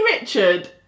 Richard